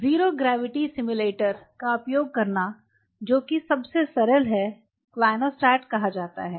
zero gravity simulator का उपयोग करना जो कि सबसे सरल है क्लिनोस्टैट कहा जाता है